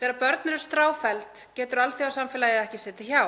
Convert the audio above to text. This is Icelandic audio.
„Þegar börn eru stráfelld getur alþjóðasamfélagið ekki setið hjá.